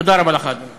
תודה רבה לך, אדוני.